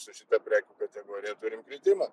su šita prekių kategorija turim kritimą